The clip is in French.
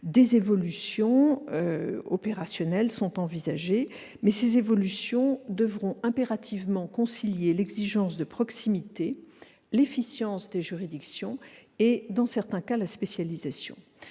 des évolutions opérationnelles sont envisagées qui devront impérativement concilier l'exigence de proximité, l'efficience des juridictions et, dans certains cas, la spécialisation.